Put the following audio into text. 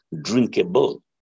drinkable